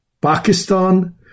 Pakistan